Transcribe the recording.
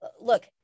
look